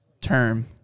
term